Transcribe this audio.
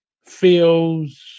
feels